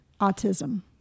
Autism